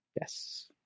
Yes